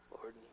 Lord